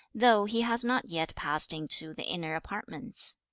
though he has not yet passed into the inner apartments